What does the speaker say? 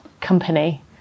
company